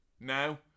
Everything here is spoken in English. now